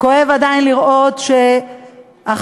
כואב עדיין לראות שעכשיו,